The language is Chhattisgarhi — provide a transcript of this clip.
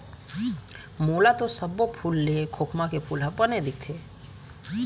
मोला तो सब्बो फूल ले खोखमा के फूल ह बने दिखथे